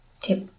tip